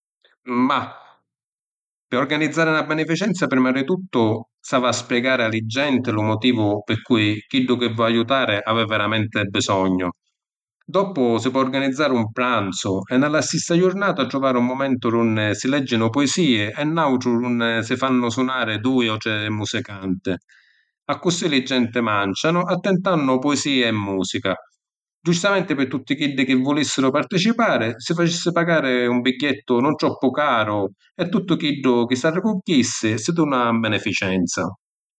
Mah… Pi organizzari na beneficenza prima di tuttu s’havi a spiegari a li genti lu motivu pi cui chiddu chi vo’ aiutari havi veramenti bisognu. Doppu si po’ organizzari un pranzu, e nna la stissa jurnata truvari un mumentu d’unni si legginu puisii e n’autru d’unni si fannu sunàri dui o tri musicanti. Accussì li genti manciànu, attintannu puisii e musica. Giustamenti pi tutti chiddi chi vulissiru participari si facissi pagàri un bigghiettu nun troppu caru e tuttu chiddu chi s’arricugghissi si duna ‘n beneficenza.